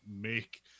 make